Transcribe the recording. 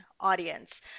audience